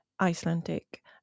Icelandic